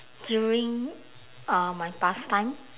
during uh my pastime